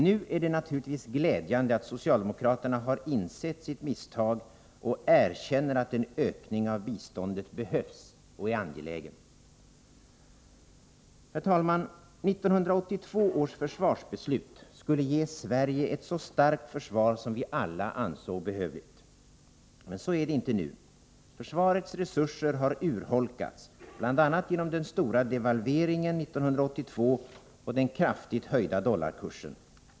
Nu är det naturligtvis glädjande att socialdemokraterna har insett sitt misstag och erkänner att en ökning av biståndet behövs och är angelägen. Herr talman! 1982 års försvarsbeslut skulle ge Sverige ett så starkt försvar som vi alla ansåg behövligt. Men så är det inte nu. Försvarets resurser har urholkats bl.a. genom den stora devalveringen hösten 1982 och den kraftigt höjda dollarkursen.